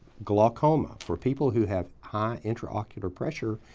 glaucoma. for people who have high intraocular pressure,